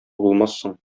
булмассың